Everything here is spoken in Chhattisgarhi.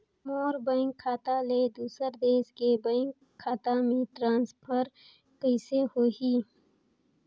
मोर बैंक खाता ले दुसर देश के बैंक खाता मे ट्रांसफर कइसे होही?